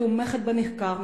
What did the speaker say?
תומכת במחקר,